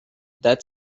that